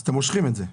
אז אתם מושכים את זה.